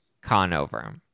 Conover